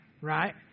right